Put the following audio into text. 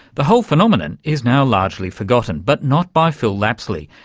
the whole phenomenon is now largely forgotten, but not by phil lapsley,